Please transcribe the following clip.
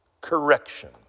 Correction